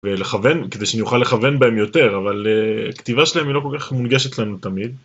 ולכוון, כדי שאני אוכל לכוון בהם יותר, אבל כתיבה שלהם היא לא כל כך מונגשת לנו תמיד.